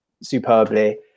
superbly